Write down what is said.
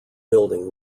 building